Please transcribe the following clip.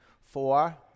Four